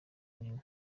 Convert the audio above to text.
nina